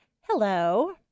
Hello